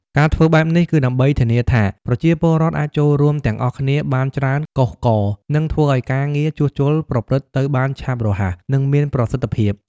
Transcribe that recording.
ការធ្វើបែបនេះគឺដើម្បីធានាថាប្រជាពលរដ្ឋអាចចូលរួមទាំងអស់គ្នាបានច្រើនកុះករ និងធ្វើឲ្យការងារជួសជុលប្រព្រឹត្តទៅបានឆាប់រហ័ស និងមានប្រសិទ្ធភាព។